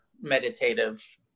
meditative